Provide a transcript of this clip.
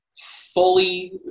Fully